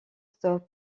stop